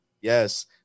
Yes